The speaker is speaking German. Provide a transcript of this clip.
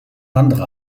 andere